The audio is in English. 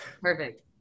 Perfect